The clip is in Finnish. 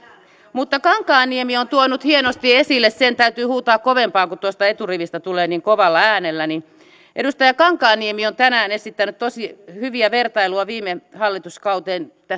mutta kankaanniemi on tuonut hienosti esille sen täytyy huutaa kovempaa kun tuosta eturivistä tulee niin kovalla äänellä edustaja kankaanniemi on tänään esittänyt tosi hyviä vertailuja viime hallituskauteen